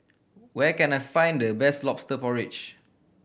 where can I find the best Lobster Porridge